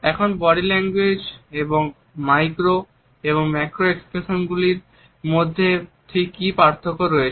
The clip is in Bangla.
এখন বডি ল্যাঙ্গুয়েজ এর ম্যাক্রো এবং মাইক্রো এক্সপ্রেশনগুলির মধ্যে ঠিক কী পার্থক্য রয়েছে